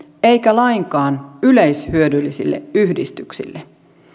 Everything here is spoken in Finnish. eikä lainkaan yleishyödyllisille yhdistyksille